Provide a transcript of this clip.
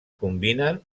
combinen